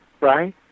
right